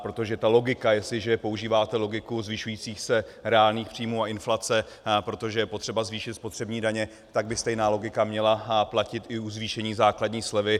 Protože ta logika, jestliže používáte logiku zvyšujících se reálných příjmů a inflace pro to, že je potřeba zvýšit spotřební daně, tak by stejná logika měla platit i u zvýšení základní slevy.